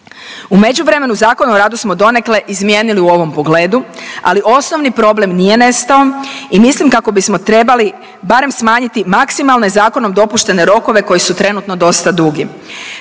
U međuvremenu, ZOR smo donekle izmijenili u ovom pogledu, ali osnovni problem nije nestao i mislim kako bismo trebali barem smanjiti maksimalne zakonom dopuštene rokovi koji su trenutno dosta dugi.